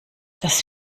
das